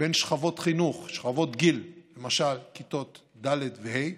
בין שכבות חינוך, שכבות גיל, למשל כיתות ד' וה',